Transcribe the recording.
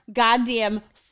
goddamn